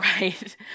Right